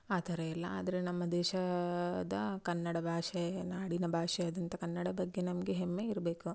ಆ ಥರಯೆಲ್ಲ ಆದರೆ ನಮ್ಮ ದೇಶ ದ ಕನ್ನಡ ಭಾಷೆ ನಾಡಿನ ಭಾಷೆಯಾದಂಥ ಕನ್ನಡದ ಬಗ್ಗೆ ನಮಗೆ ಹೆಮ್ಮೆ ಇರಬೇಕು